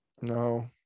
No